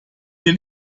den